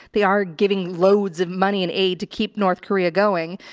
they are giving loads of money and aid to keep north korea going.